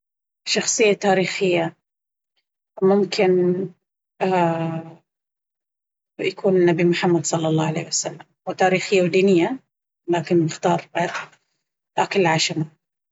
شخصية تاريخية ممكن يكون النبي محمد صلى الله عليه وسلم.. هو تاريخية ودينية! لكن بختار آكل العشاء معاه.